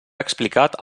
explicat